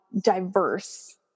diverse